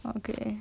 okay